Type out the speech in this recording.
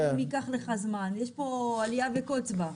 יש פה אליה וקוץ בה.